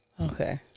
okay